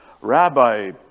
Rabbi